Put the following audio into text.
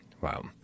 Wow